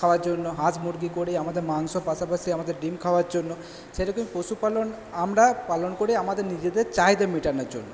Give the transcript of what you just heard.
খাওয়ার জন্য আমরা হাঁস মুরগি করি আমাদের মাংস পাশাপাশি আমাদের ডিম খাওয়ার জন্য সেরকমই পশুপালন আমরা পালন করি আমাদের নিজেদের চাহিদা মেটানোর জন্য